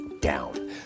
down